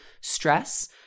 stress